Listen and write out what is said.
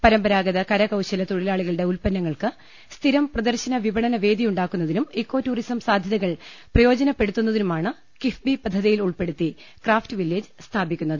പരമ്പരാഗത കരകൌശല തൊഴിലാളികളുടെ ്ഉത്പന്നങ്ങൾക്ക് സ്ഥിരം പ്രദർശന വിപണന വേദിയുണ്ടാക്കുന്നതിനും ഇക്കോ ടൂറിസം സാധൃതകൾ പ്രയോജനപ്പെടുത്തു ന്നതിനുമാണ് കിഫ്ബി പദ്ധതിയിൽ ഉൾപ്പെടുത്തി ക്രാഫ്റ്റ് വില്ലേജ് സ്ഥാപിക്കുന്നത്